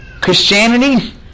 Christianity